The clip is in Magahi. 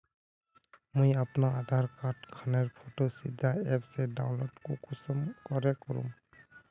मुई अपना आधार कार्ड खानेर फोटो सीधे ऐप से डाउनलोड कुंसम करे करूम?